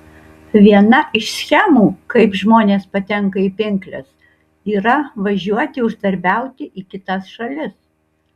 viena iš schemų kaip žmonės patenka į pinkles yra važiuoti uždarbiauti į kitas šalis